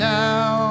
now